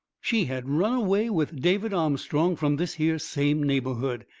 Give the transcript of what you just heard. she had run away with david armstrong from this here same neighbourhood.